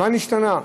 מה נשתנה?